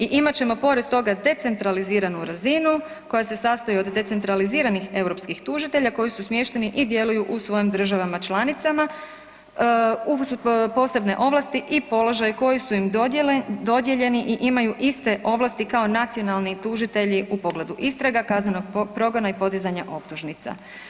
I imat ćemo pored toga decentraliziranu razinu koja se sastoji od decentraliziranih europskih tužitelja koji su smješteni i djeluju u svojim državama članicama uz posebne ovlasti i položaj koji su im dodijeljeni i imaju iste ovlasti kao nacionalni tužitelji u pogledu istraga, kaznenog progona i podizanja optužnica.